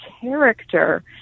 character